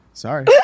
Sorry